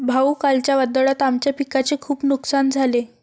भाऊ, कालच्या वादळात आमच्या पिकाचे खूप नुकसान झाले